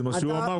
זה מה שהוא אמר.